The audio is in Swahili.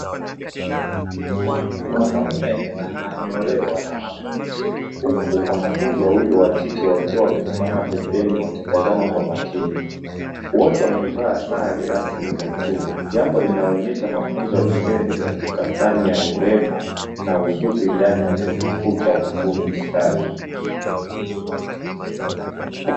Mwanaume ananyolewa na mwanamke, huku wanafunzi wawili wakike wakiwa wamesimama pembeni wakitazama kwa makini, wote wamevaa sare rasmi za chuo, jambo linaloonyesha mafunzo ya vitendo katika fani ya urembo na ususi, ndani ya chuo kikuu cha ufundi stadi.